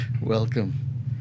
Welcome